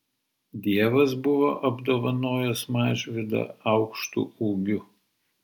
dievas buvo apdovanojęs mažvydą aukštu ūgiu